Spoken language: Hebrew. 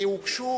כי הוגשו